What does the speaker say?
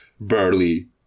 burly